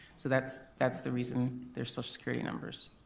so that's that's the reason there's social security numbers.